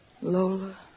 Lola